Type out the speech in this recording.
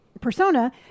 persona